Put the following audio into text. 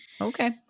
okay